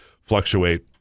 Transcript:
fluctuate